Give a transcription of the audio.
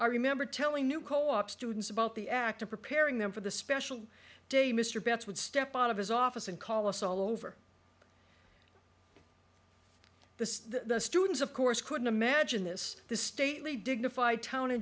i remember telling new co op students about the act of preparing them for the special day mr betts would step out of his office and call us all over the students of course couldn't imagine this the stately dignified town